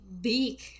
big